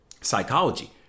psychology